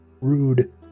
Rude